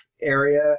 area